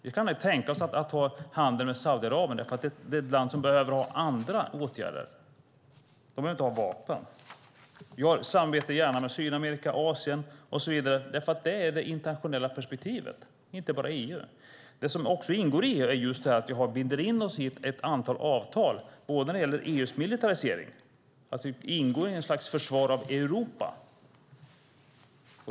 Vi kan tänka oss att ha handel med Saudiarabien därför att det är ett land som behöver andra åtgärder. De behöver inte ha vapen. Vi har gärna ett samarbete med Sydamerika, Asien och så vidare därför att det är det internationella perspektivet - inte bara EU. Det som också ingår i EU är att vi binder in oss i ett antal avtal när det gäller EU:s militarisering och att vi ingår i ett slags försvar av Europa.